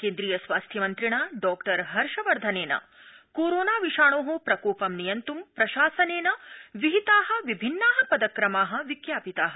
केन्द्रीय स्वास्थ्य मन्त्रिणा डॉ हर्ष वर्धनेन कोरोना विषाणो प्रकोपं नियन्तुं प्रशासनेन विहिता विभिन्ना पदक्रमा विज्ञापिता